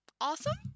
awesome